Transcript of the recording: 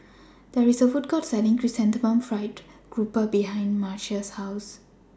There IS A Food Court Selling Chrysanthemum Fried Grouper behind Marcia's House